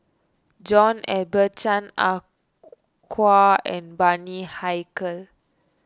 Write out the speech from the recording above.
John Eber Chan Ah Kow and Bani Haykal